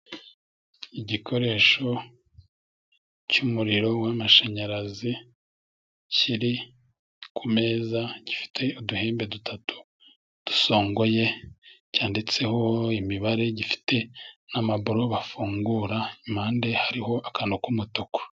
Igikoresho cy'umuriro w'amashanyarazi kiri ku meza, gifite uduhembe dutatu dusongoye cyanditseho imibare, gifite n'amaburo bafungura impande hariho akantu k'umutuku.